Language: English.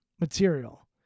material